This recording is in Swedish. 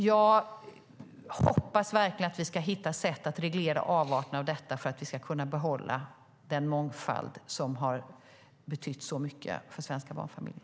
Jag hoppas att vi ska hitta sätt att reglera avarterna så att vi kan behålla den mångfald som betyder så mycket för svenska barnfamiljer.